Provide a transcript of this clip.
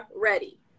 ready